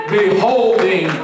beholding